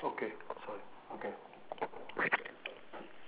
okay sorry okay